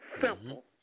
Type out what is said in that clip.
Simple